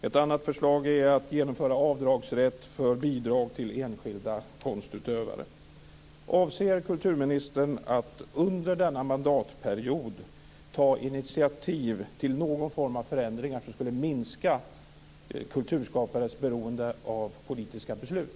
Ett annat förslag är att genomföra avdragsrätt för bidrag till enskilda konstutövare. Avser kulturministern att under denna mandatperiod ta initiativ till någon form av förändringar som skulle minska kulturskapares beroende av politiska beslut?